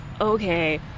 okay